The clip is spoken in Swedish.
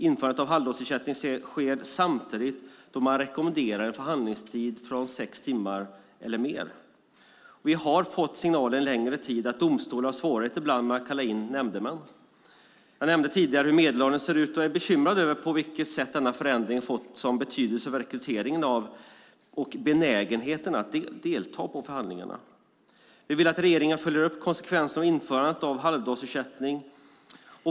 Införandet av denna skedde samtidigt som man rekommenderade en förhandlingstid på sex timmar eller mer. Vi har under en längre tid fått signaler om att domstolar ibland har svårigheter med att kalla in nämndemän. Jag nämnde tidigare hur det ser ut när det gäller medelåldern. Jag är bekymrad över hur denna förändring fått en sådan betydelse för rekryteringen och för benägenheten att delta vid förhandlingarna. Vi vill att regeringen följer upp konsekvenserna av införandet av halvdagars ersättning.